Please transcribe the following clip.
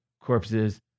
corpses